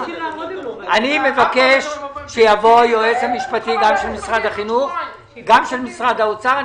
אני מבקש שיבואו היועץ המשפטי של משרד החינוך ושל משרד האוצר.